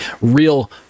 real